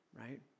right